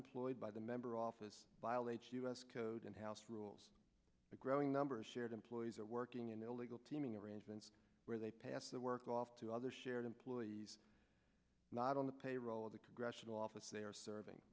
employed by the member office violates u s code and house rules a growing number of shared employees are working in illegal teaming arrangements where they pass the work off to other shared employees not on the payroll of the congressional office they are serving